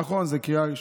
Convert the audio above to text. נכון, זו קריאה ראשונה.